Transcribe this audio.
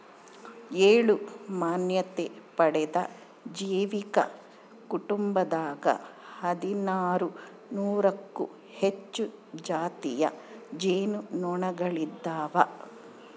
ಏಳು ಮಾನ್ಯತೆ ಪಡೆದ ಜೈವಿಕ ಕುಟುಂಬದಾಗ ಹದಿನಾರು ನೂರಕ್ಕೂ ಹೆಚ್ಚು ಜಾತಿಯ ಜೇನು ನೊಣಗಳಿದಾವ